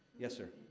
yes, sir?